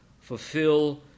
fulfill